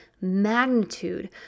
magnitude